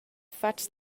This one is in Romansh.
fatgs